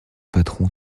patron